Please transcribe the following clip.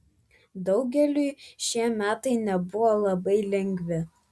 daugeliui šie metai nebuvo labai lengvi